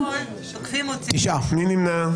מי נמנע?